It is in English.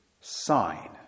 sign